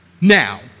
Now